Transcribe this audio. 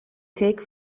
take